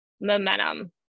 momentum